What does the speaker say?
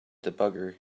debugger